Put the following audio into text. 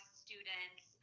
students